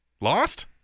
Lost